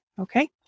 okay